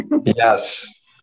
Yes